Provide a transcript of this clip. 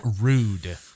Rude